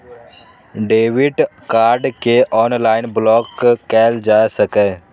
debit card कें online block कैल जा सकैए